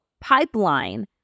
pipeline